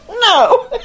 No